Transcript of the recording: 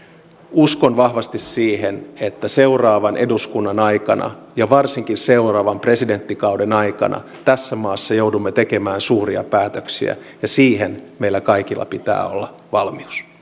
uskon vahvasti siihen että seuraavan eduskunnan aikana ja varsinkin seuraavan presidenttikauden aikana tässä maassa joudumme tekemään suuria päätöksiä ja siihen meillä kaikilla pitää olla valmius